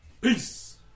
Peace